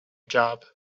job